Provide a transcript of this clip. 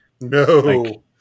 No